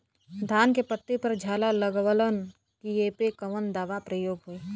धान के पत्ती पर झाला लगववलन कियेपे कवन दवा प्रयोग होई?